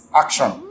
action